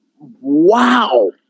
Wow